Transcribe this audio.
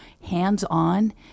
hands-on